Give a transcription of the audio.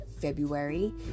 February